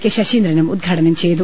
K ശശീന്ദ്രനും ഉദ്ഘാടനം ചെയ്തു